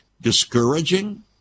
discouraging